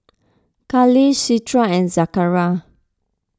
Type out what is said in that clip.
Khalish Citra and Zakaria